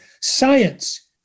science